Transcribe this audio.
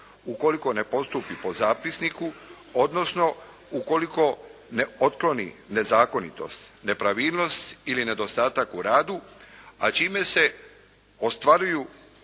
ukoliko ne postupi po zapisniku, odnosno ukoliko ne otkloni nezakonitost, nepravilnost ili nedostatak u radu, a čime se ostvaruju